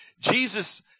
Jesus